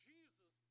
Jesus